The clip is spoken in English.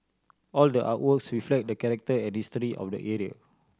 all the artworks reflect the character and of the